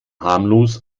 harmlos